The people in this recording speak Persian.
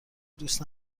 دوست